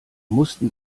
mussten